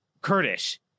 Kurdish